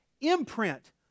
imprint